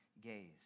gaze